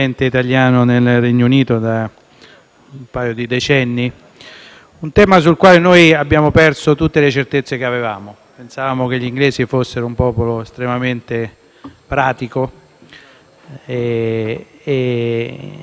un tema sul quale abbiamo perso tutte le certezze che avevamo. Pensavamo che gli inglesi fossero un popolo estremamente pratico, interessato a portare avanti